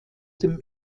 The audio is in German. dem